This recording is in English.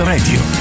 Radio